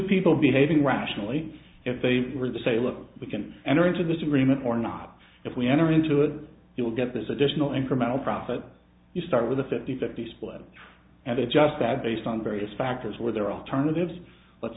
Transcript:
people behaving rationally if they were the say look we can enter into this agreement or not if we enter into it you will get this additional incremental profit you start with a fifty fifty split and it's just bad based on various factors where there are alternatives let's